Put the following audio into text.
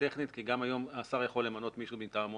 טכנית כי גם היום השר יכול למנות מישהו מטעמו